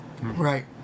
Right